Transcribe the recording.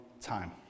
time